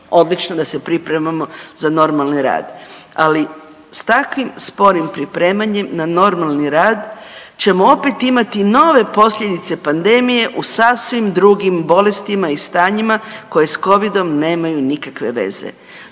Odlično da se pripremamo za normalni rad, ali s takvim sporim pripremanjem na normalni rad ćemo opet imati nove posljedice pandemije u sasvim drugim bolestima i stanjima koje s covidom nemaju nikakve veze.